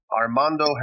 Armando